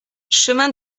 chemin